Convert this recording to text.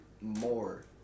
more